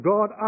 God